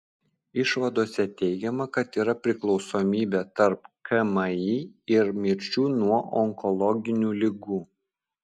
išvadose teigiama kad yra priklausomybė tarp kmi ir mirčių nuo onkologinių ligų